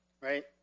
right